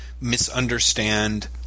misunderstand